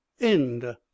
end